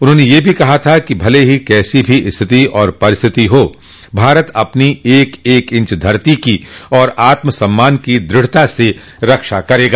उन्होंने यह भी कहा था कि भले ही कैसी भी स्थिति और परिस्थिति हो भारत अपनी एक एक इंच धरती और आत्म सम्मान की दुढ़ता से रक्षा करेगा